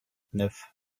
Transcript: neuf